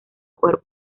cuerpo